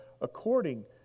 according